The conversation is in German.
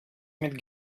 mit